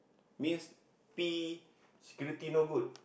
means P security not good